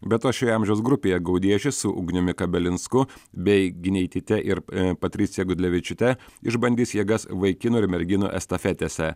be to šioje amžiaus grupėje gaudiešius su ugniumi kabelinsku bei gineityte ir patricija gudlevičiūte išbandys jėgas vaikinų ir merginų estafetėse